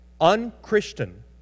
Unchristian